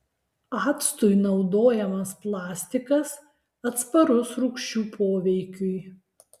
actui naudojamas plastikas atsparus rūgščių poveikiui